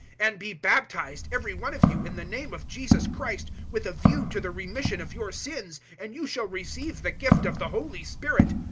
and be baptized, every one of you, in the name of jesus christ, with a view to the remission of your sins, and you shall receive the gift of the holy spirit.